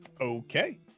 Okay